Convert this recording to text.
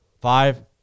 Five